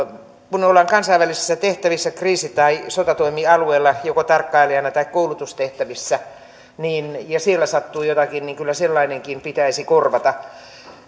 kun ollaan kansainvälisissä tehtävissä kriisi tai sotatoimialueella joko tarkkailijana tai koulutustehtävissä ja siellä sattuu jotakin niin kyllä sellainenkin pitäisi korvata